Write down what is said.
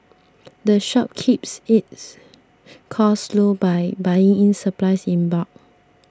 the shop keeps its costs low by buying its supplies in bulk